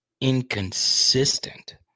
inconsistent